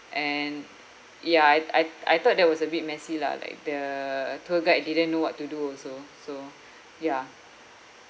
and ya I'd I I thought that was a bit messy lah like the tour guide didn't know what to do also so ya